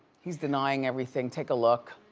he's denying everything, take a look.